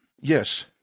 Yes